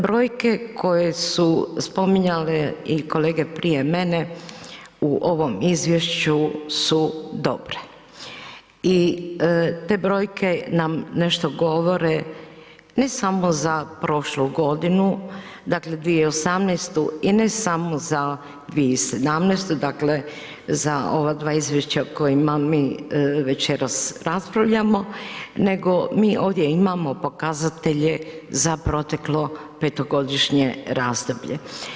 Brojke koje su spominjale i kolege prije mene u ovom izvješću su dobre i te brojke nam nešto govore, ne samo za prošlu godinu dakle 2018. i ne samo za 2017., dakle za ova dva izvješća o kojima mi večeras raspravljamo nego ovdje imamo pokazatelje za proteklo petogodišnje razdoblje.